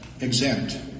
exempt